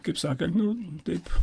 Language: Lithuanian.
kaip sakant nu taip